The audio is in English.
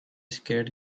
scare